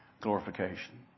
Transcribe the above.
Glorification